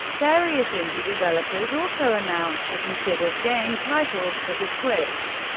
various indie developers also announced or considered game titles for the switch.